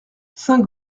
saint